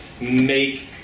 make